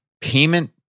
payment